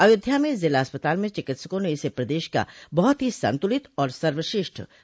अयोध्या में जिला अस्पताल में चिकित्सकों ने इसे प्रदेश का बहुत ही संतुलित और सर्वश्रेष्ठ बजट बताया